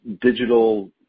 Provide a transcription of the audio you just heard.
Digital